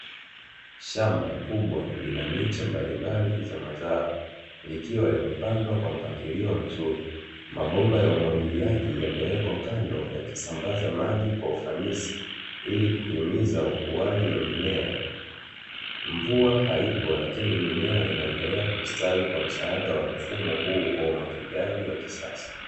Shamba kubwa lina miche mbalimbali za mazao likiwa limepandwa kwa mpangilio mzuri mabomba ya umwagiliaji yamewekwa kando yakisambaza maji kwa ufanisi ili kuhimiza ukuaji wa mimea. Mvua haipo lakini mimea inaendelea kustawi kwa msaada wa mfumo huu wa umwagiliaji wa kisasa.